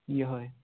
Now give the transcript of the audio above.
یہِےَ